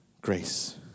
grace